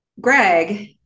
Greg